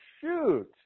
shoot